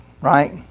right